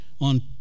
on